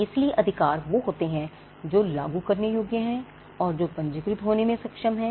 इसलिए अधिकार वो होते हैं जो लागू करने योग्य हैं और जो पंजीकृत होने में सक्षम हैं